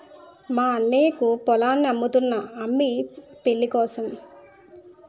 మా అన్నయ్యకు పొలాన్ని అమ్ముతున్నా అమ్మి పెళ్ళికోసం